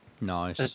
Nice